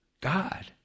God